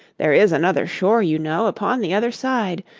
there is another shore, you know, upon the other side.